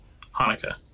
Hanukkah